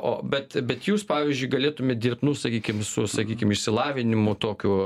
o bet bet jūs pavyzdžiui galėtumėt dirbt nu sakykim su sakykim išsilavinimu tokiu